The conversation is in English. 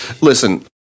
listen